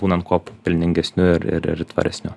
būnant kuo pelningesniu ir ir tvaresniu